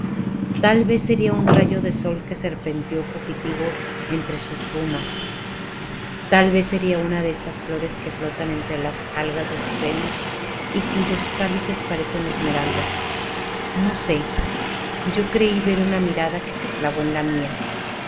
tal vez sería un rayo de sol que serpeó fugitivo entre su espuma tal vez una de esas flores que flotan entre las algas de su seno y cuyos cálices parecen esmeraldas no sé yo creí ver una mirada que se clavó en la mía